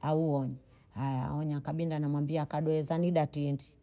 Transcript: auonye, haya onya akabinda namwambia kadohe zanida tindi